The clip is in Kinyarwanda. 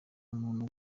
umuntu